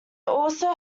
also